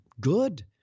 good